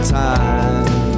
time